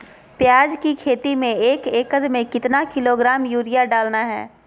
प्याज की खेती में एक एकद में कितना किलोग्राम यूरिया डालना है?